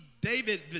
David